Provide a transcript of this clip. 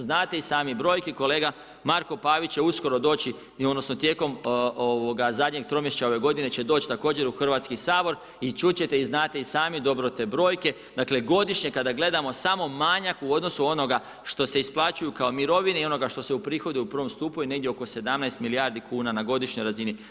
Znate i sami ... kolega, Marko Pavić će uskoro doći i odnosno tijekom zadnjeg tromjesečja ove godine će doći također u Hrvatski sabor i čuti ćete i znate i sami dobivate brojke dakle godišnje kada gledamo samo manjak u odnosu onoga što se isplaćuju kao mirovine i onoga što se uprihoduje u prvom stupu je negdje oko 17 milijardi kuna na godišnjoj razini.